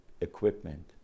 equipment